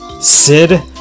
Sid